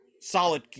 solid